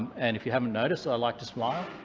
and if you haven't noticed, i like to smile.